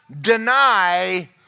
deny